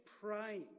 praying